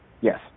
Yes